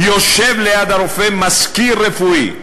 יושב ליד הרופא מזכיר רפואי,